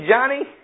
Johnny